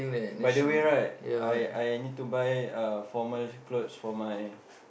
by the way right I I need to buy uh formal clothes for my